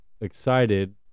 excited